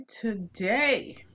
today